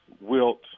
Wilt